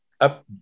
up